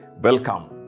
Welcome